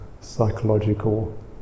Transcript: psychological